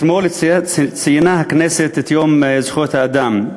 אתמול ציינה הכנסת את יום זכויות האדם.